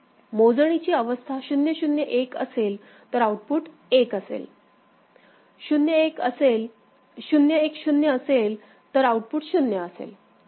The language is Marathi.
मोजणीची अवस्था 0 0 1 असेल तर आउटपुट 1 असेल 0 1 0 असेल तर आउटपुट 0 असेल